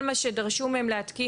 כל מה שדרשו מהם להתקין,